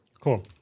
cool